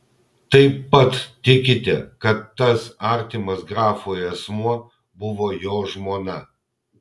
taip pat tikite kad tas artimas grafui asmuo buvo jo žmona